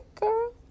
girl